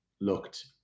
looked